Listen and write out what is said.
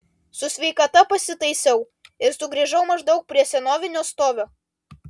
su sveikata pasitaisiau ir sugrįžau maždaug prie senovinio stovio